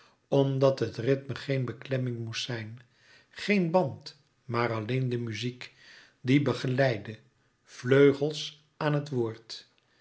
omdat het rythme geen beklemming moest zijn geen band maar alleen de muziek die begeleidde vleugels aan het woord